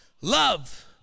love